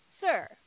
sir